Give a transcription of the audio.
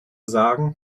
sagen